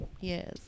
Yes